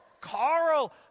Carl